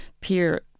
peer